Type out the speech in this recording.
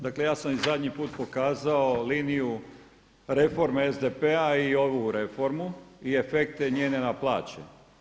Dakle ja sam i zadnji put pokazao liniju reforme SDP-a i ovu reformu i efekte njene na plaći.